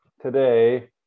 today